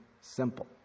Simple